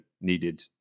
needed